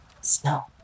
Snow